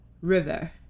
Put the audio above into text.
river